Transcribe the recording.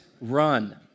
Run